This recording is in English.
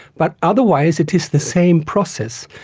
but otherwise it is the same process.